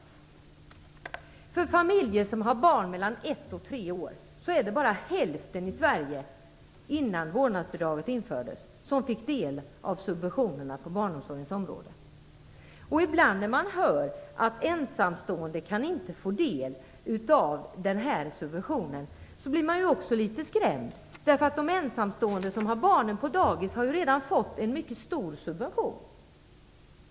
Innan vårdnadsbidraget infördes var det bara hälften av de familjer i Sverige som har barn mellan ett och tre år som fick del av subventionerna på barnomsorgens område. Ibland får man höra att ensamstående inte kan få del av den här subventionen. Då blir man också litet skrämd. De ensamstående som har barn på dagis har redan fått en mycket stor subvention.